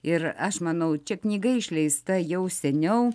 ir aš manau čia knyga išleista jau seniau